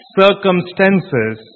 circumstances